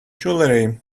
jewellery